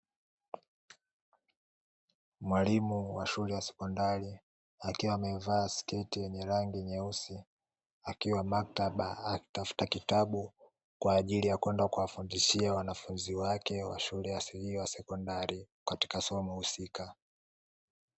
Mwalimu wa shule ya sekondari, akiwa amevaa sketi ya rangi nyeupe akiwa maktaba akitafuta kitabu kwa ajili ya kwenda kuwafundishia wanafunzi wake wa shule hiyo ya sekondari katika somo husika.